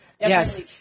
Yes